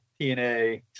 TNA